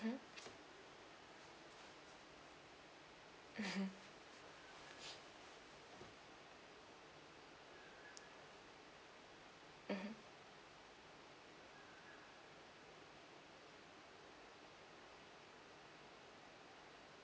mmhmm mmhmm